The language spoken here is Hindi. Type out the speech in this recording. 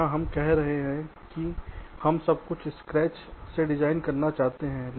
इसलिए यहां हम कह रहे हैं कि हम सब कुछ स्क्रैच से डिजाइन करना चाहते हैं